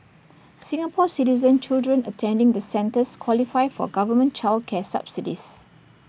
Singapore Citizen children attending the centres qualify for government child care subsidies